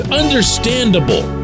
understandable